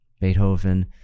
Beethoven